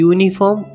Uniform